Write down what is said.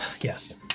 Yes